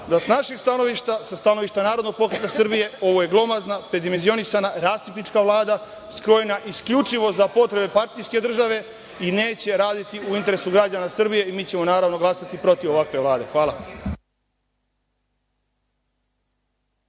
našeg stanovišta, sa stanovišta Narodnog pokreta Srbije, ovo je glomazna, predimenzionisana, rasipnička Vlada, skrojena isključivo za potrebe partijske države i neće raditi u interesu građana Srbije. Mi ćemo, naravno, glasati protiv ovakve Vlade. Hvala.